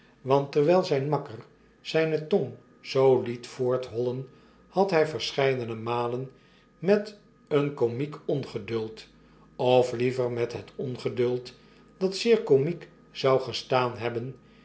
want terwijl zjjn makker zijne tong zoo liet voorthollen had hij verscheidene malen met een komiek ongeduld of liever met een ongeduld dat zeer komiek zou gestaan hebben